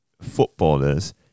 footballers